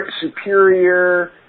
Superior